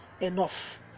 enough